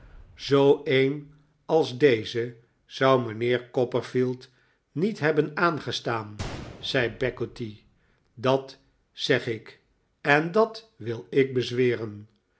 zoo een als deze zou mijnheer copperfield niet hebben aangestaan zei peggotty dat zeg ik en dat wil ik bezweren